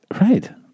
right